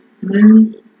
moons